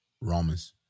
Romans